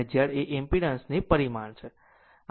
અને Z એ impedance ની પરિમાણ છે